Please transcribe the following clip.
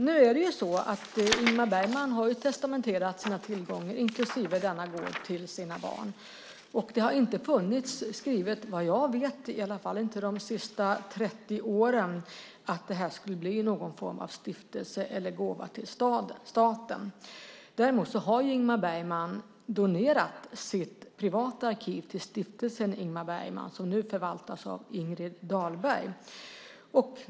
Nu är det så att Ingmar Bergman har testamenterat sina tillgångar inklusive denna gård till sina barn. Det har inte funnits skrivet - i varje fall såvitt jag vet, och inte de senaste 30 åren - att det skulle bli någon form av stiftelse eller gåva till staten. Däremot har Ingmar Bergman donerat sitt privata arkiv till Stiftelsen Ingmar Bergman som nu förvaltas av Ingrid Dahlberg.